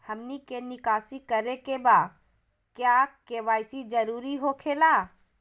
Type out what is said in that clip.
हमनी के निकासी करे के बा क्या के.वाई.सी जरूरी हो खेला?